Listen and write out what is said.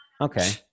Okay